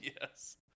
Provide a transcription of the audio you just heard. Yes